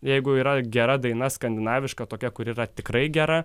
jeigu yra gera daina skandinaviška tokia kuri yra tikrai gera